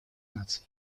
наций